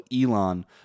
Elon